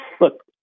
look